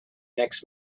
next